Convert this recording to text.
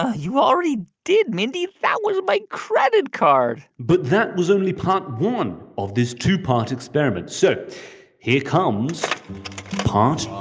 ah you already did, mindy. that was my credit card but that was only part one of this two-part experiment. so here comes part